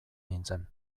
nintzen